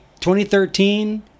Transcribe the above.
2013